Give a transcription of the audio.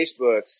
Facebook